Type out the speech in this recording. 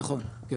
נכון כן.